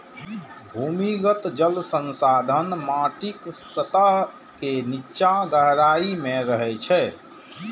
भूमिगत जल संसाधन माटिक सतह के निच्चा गहराइ मे रहै छै